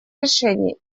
решения